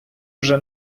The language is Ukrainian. вже